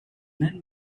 men